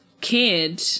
kid